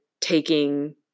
taking